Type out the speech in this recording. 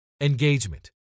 Engagement